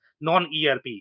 non-ERP